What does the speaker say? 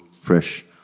fresh